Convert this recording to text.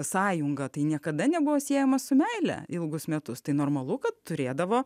sąjunga tai niekada nebuvo siejama su meile ilgus metus tai normalu kad turėdavo